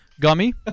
gummy